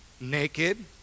Naked